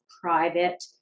private